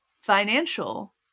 financial